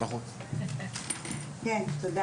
תודה